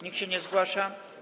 Nikt się nie zgłasza.